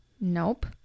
Nope